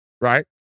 right